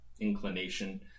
inclination